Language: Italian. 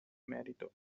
merito